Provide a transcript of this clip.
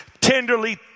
tenderly